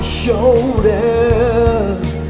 shoulders